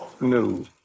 No